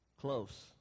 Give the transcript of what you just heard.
Close